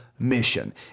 mission